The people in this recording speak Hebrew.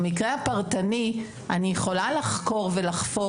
במקרה הפרטני אני יכולה לחקור ולחפור